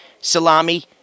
salami